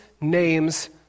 name's